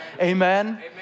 Amen